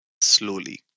slowly